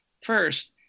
First